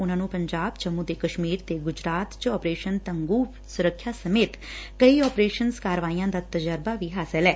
ਉਨਾਂ ਨੂੰ ਪੰਜਾਬ ਜੰਮੁ ਤੇ ਕਸ਼ਮੀਰ ਅਤੇ ਗੁਜਰਾਤ ਵਿਚ ਆਪੇਸ਼ਨ ਧੰਗੁ ਸੁਰੱਖਿਆ ਸਮੇਤ ਕਈ ਅਪੇਸ਼ਨਲ ਕਾਰਵਾਈਆਂ ਦਾ ਤਜ਼ਰਬਾ ਹਾਸਲ ਐ